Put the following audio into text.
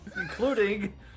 including